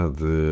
de